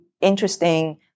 interesting